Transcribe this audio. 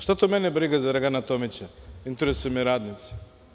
Šta to mene briga za Dragana Tomića, interesuju me radnici.